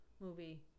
movie